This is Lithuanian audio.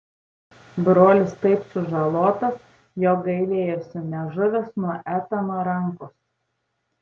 brolis taip sužalotas jog gailėjosi nežuvęs nuo etano rankos